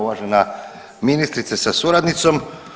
Uvažena ministrice sa suradnicom.